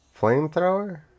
flamethrower